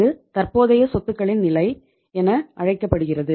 இது தற்போதைய சொத்துகளின் நிலை என அழைக்கப்படுகிறது